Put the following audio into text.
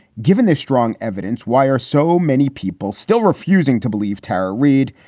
given this strong evidence, why are so many people still refusing to believe tara reid?